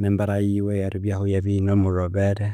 ne mbera yiwe eyeribyaho eyabya ighi na mwolhobere.